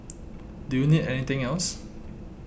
do you need anything else